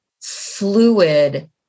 fluid